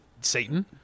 Satan